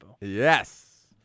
Yes